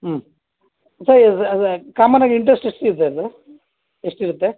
ಹ್ಞೂ ಸರ್ ಇದು ಕಾಮನ್ನಾಗಿ ಇಂಟ್ರೆಸ್ಟ್ ಎಷ್ಟಿದೆ ಅದು ಎಷ್ಟಿರುತ್ತೆ